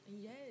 Yes